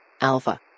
Alpha